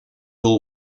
all